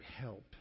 help